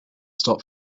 stop